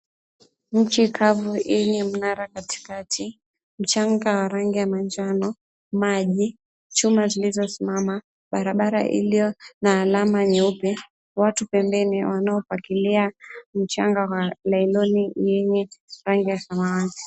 Nchi kavu yenye mnara katikati, mchanga wa rangi ya manjano, maji, chuma zilizosimama, barabara iliyo na alama nyeupe, watu pembeni wanaopakilia mchanga kwa nailoni yenye rangi ya samawati.